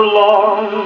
long